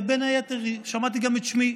ובין היתר שמעתי גם את שמי,